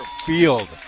field